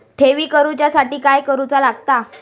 ठेवी करूच्या साठी काय करूचा लागता?